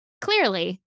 Clearly